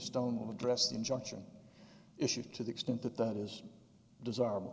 stone addressed injunction issued to the extent that that is desirable